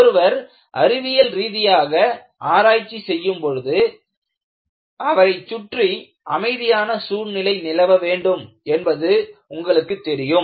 ஒருவர் அறிவியல் ரீதியாக ஆராய்ச்சி செய்யும் போது அவரைச் சுற்றி அமைதியான சூழ்நிலை நிலவ வேண்டும் என்பது உங்களுக்கு தெரியும்